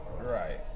right